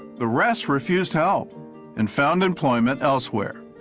the rest refused help and found employment elsewhere.